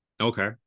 Okay